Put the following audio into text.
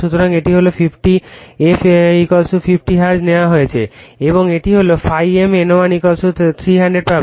সুতরাং এটি হল f 50 হার্টজ নেওয়া হয়েছে এবং এটি হল ∅ m N1 300 পাবে